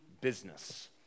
business